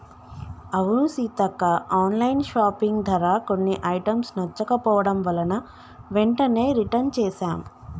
అవును Seethakka online shopping ధర కొన్ని ఐటమ్స్ నచ్చకపోవడం వలన వెంటనే రిటన్ చేసాం